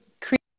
create